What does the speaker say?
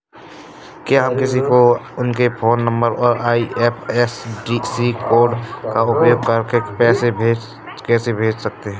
क्या हम किसी को उनके फोन नंबर और आई.एफ.एस.सी कोड का उपयोग करके पैसे कैसे भेज सकते हैं?